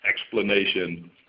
explanation